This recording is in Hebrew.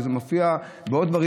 וזה מופיע בעוד דברים,